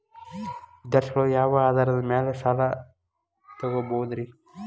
ವಿದ್ಯಾರ್ಥಿಗಳು ಯಾವ ಆಧಾರದ ಮ್ಯಾಲ ಸಾಲ ತಗೋಬೋದ್ರಿ?